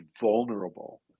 vulnerable